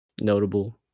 notable